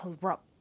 corrupt